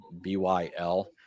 B-Y-L